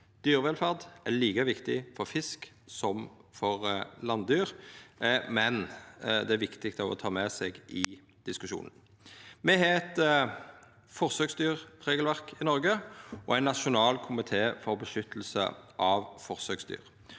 Dyrevelferd er like viktig for fisk som for landdyr, men det er viktig å ta med seg i diskusjonen. Me har eit forsøksdyrregelverk i Noreg og ein nasjonal komité for å beskytta forsøksdyr.